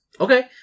Okay